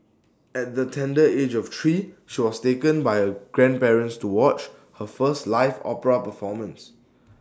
at the tender age of three she was taken by her grandparents to watch her first live opera performance